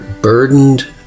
burdened